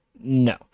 no